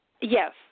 Yes